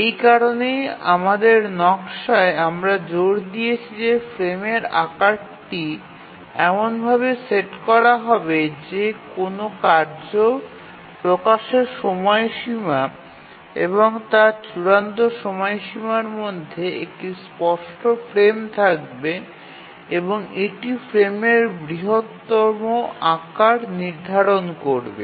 এই কারণেই আমাদের নকশায় আমরা জোর দিয়েছি যে ফ্রেমের আকারটি এমনভাবে সেট করা হবে যে কোনও কার্য প্রকাশের সময়সীমা এবং তার চূড়ান্ত সময়সীমার মধ্যে একটি স্পষ্ট ফ্রেম থাকবে এবং এটি ফ্রেমের বৃহত্তম আকার নির্ধারণ করবে